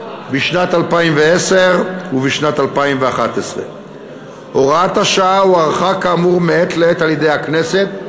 בשנת 2010 ובשנת 2011. הוראת השעה הוארכה כאמור מעת לעת על-ידי הכנסת,